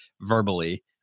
verbally